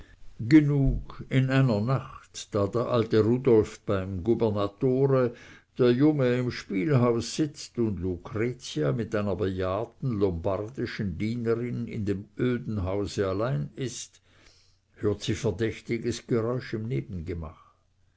genug in einer nacht da der alte rudolf beim gubernatore der junge im spielhaus sitzt und lucretia mit einer bejahrten lombardischen dienerin in dem öden hause allein ist hört sie verdächtiges geräusch im